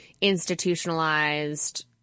institutionalized